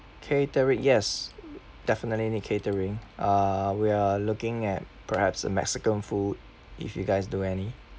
catering yes definitely need catering uh we're looking at perhaps a mexican food if you guys do any